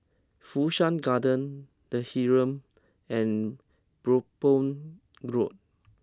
Fu Shan Garden The Heeren and Brompton Road